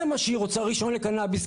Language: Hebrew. זה מה שהיא רוצה; רישיון לקנביס.